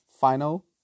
final